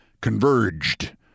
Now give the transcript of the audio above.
converged